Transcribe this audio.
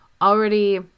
already